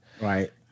right